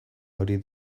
hori